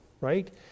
right